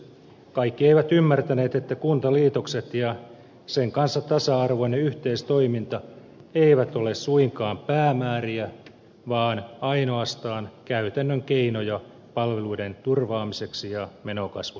kaikki eivät ymmärtäneet että kuntaliitokset ja sen kanssa tasa arvoinen yhteistoiminta eivät ole suinkaan päämääriä vaan ainoastaan käytännön keinoja palveluiden turvaamiseksi ja menokasvun hidastamiseksi